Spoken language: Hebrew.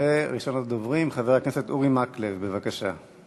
ראשון הדוברים, חבר הכנסת אורי מקלב, בבקשה.